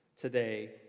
today